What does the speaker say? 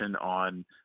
on